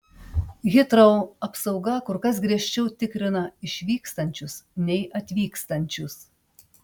hitrou apsauga kur kas griežčiau tikrina išvykstančius nei atvykstančius